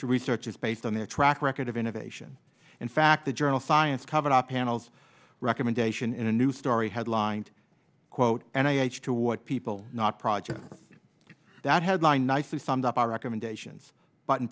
to researchers based on their track record of innovation in fact the journal science covered the panel's recommendation in a new story headlined quote and i h two what people not project that headline nicely summed up our recommendations but